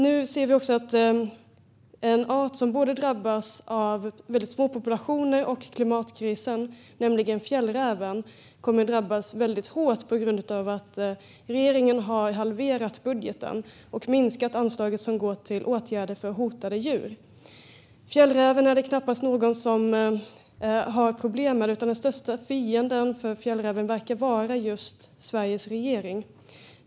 Nu ser vi även att en art som drabbats av både små populationer och klimatkrisen, fjällräven, kommer att drabbas hårt av att regeringen har halverat budgeten och minskat anslagen för att skydda hotade djur. Det är knappast någon som har problem med fjällräven. Fjällrävens största fiende verkar vara just Sveriges regering.